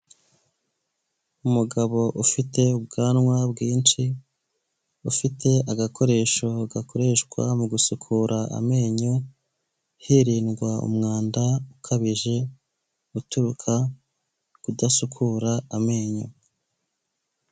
Umugabo ufite ubwanwa bwinshi ufite agakoresho gakoreshwa mu gusukura amenyo hirindwa umwanda ukabije uturuka kudasukura amenyo.